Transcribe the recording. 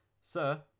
sir